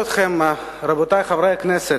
רבותי חברי הכנסת,